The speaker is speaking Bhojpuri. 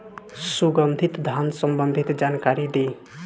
सुगंधित धान संबंधित जानकारी दी?